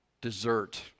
dessert